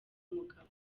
mugabo